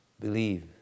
Believe